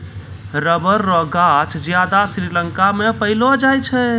rubber रो गांछ ज्यादा श्रीलंका मे पैलो जाय छै